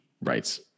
rights